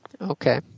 Okay